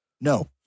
No